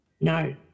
No